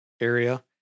area